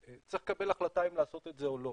צריך לקבל החלטה אם לעשות את זה או לא.